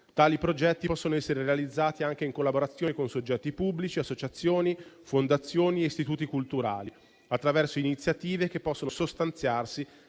Tali progetti possono essere realizzati anche in collaborazione con soggetti pubblici, associazioni, fondazioni e istituti culturali, attraverso iniziative che possono sostanziarsi